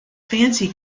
fancy